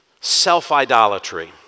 self-idolatry